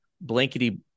blankety